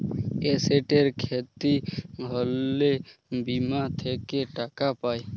এসেটের খ্যতি হ্যলে বীমা থ্যাকে টাকা পাই